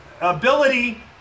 ability